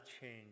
change